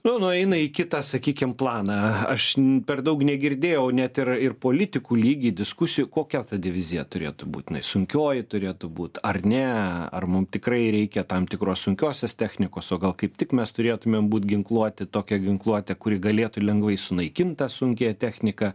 nu nueina į kitą sakykim planą aš per daug negirdėjau net ir ir politikų lygy diskusijų kokia ta divizija turėtų būt jinai sunkioji turėtų būt ar ne ar mum tikrai reikia tam tikros sunkiosios technikos o gal kaip tik mes turėtumėm būt ginkluoti tokią ginkluote kuri galėtų lengvai sunaikint tą sunkiąją techniką